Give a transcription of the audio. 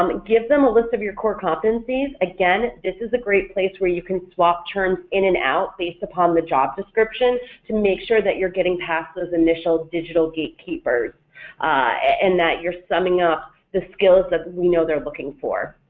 um give them a list of your core competencies, again this is a great place where you can swap terms in and out based upon the job description to make sure that you're getting past those initial digital gatekeepers and that you're summing up the skills that we know they're looking for.